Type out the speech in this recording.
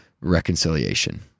reconciliation